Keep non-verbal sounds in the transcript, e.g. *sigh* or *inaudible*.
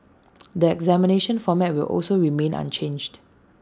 *noise* the examination format will also remain unchanged